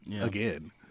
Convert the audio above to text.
again